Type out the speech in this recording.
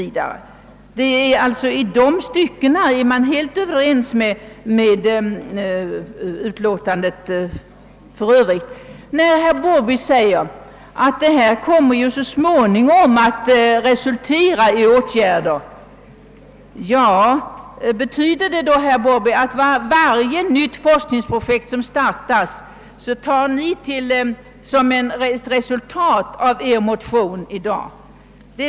I de styckena är reservanterna alltså helt eniga med utskottsmajoriteten. När herr Larsson i Borrby säger att förslagen i de likalydande motionerna så småningom kommer att resultera i åtgärder, betyder det då, herr Larsson, att ni kommer att betrakta varje nytt forskningsprojekt, som startas, såsom ett resultat av era motioner i detta ärende?